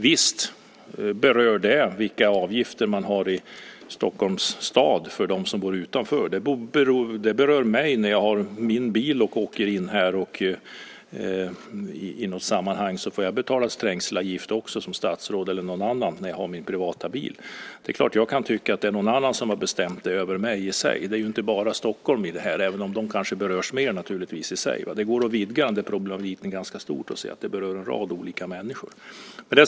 Visst berör vilka avgifter som finns i Stockholms stad dem som bor utanför. De berör mig när jag tar min bil och åker hit. Jag som statsråd får betala trängselavgift precis som alla andra när jag använder min privata bil. Det är klart att jag kan tycka att någon annan har bestämt över mig. Det här gäller inte bara Stockholm, även om stockholmare berörs mer. Det går att vidga detta och se att det berör en rad olika människor.